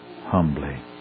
humbly